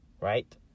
right